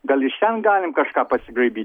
gal iš ten galim kažką pasigraibyti